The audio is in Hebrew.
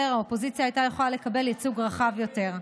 האופוזיציה הייתה יכולה לקבל ייצוג רחב יותר,